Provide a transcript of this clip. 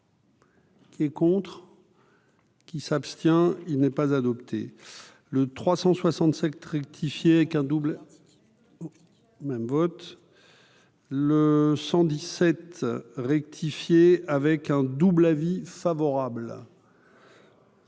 Qui est contre. Qui s'abstient, il n'est pas adopté le 367 rectifié qu'un double même vote le 117 rectifié avec un double avis favorable.